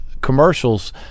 commercials